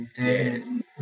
dead